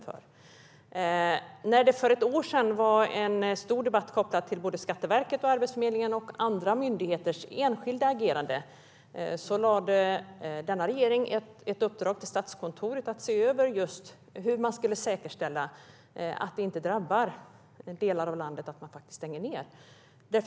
För ett år sedan var det en stor debatt kopplad till Skatteverket, Arbetsförmedlingen och andra myndigheters enskilda agerande. Då gav denna regering ett uppdrag till Statskontoret att se över hur man skulle säkerställa att det inte drabbar delar av landet när man stänger ned lokalkontor.